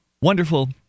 wonderful